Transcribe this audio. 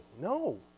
no